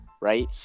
right